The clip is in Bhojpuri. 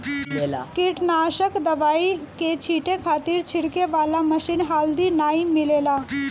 कीटनाशक दवाई के छींटे खातिर छिड़के वाला मशीन हाल्दी नाइ मिलेला